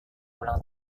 ulang